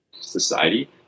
society